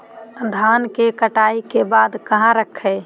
धान के कटाई के बाद कहा रखें?